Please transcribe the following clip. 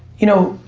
you know,